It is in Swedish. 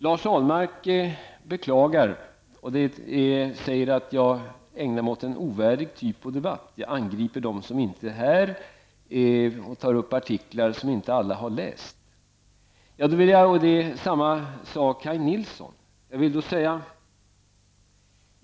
Lars Ahlmark beklagar och säger att jag ägnar mig åt en ovärdig debatt. Jag angriper dem som inte är här och berör artiklar som inte alla har läst. Samma sak sade Kaj Nilsson.